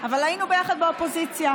אבל היינו ביחד באופוזיציה.